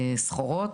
סחורות.